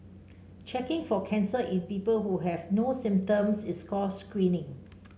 checking for cancer in people who have no symptoms is called screening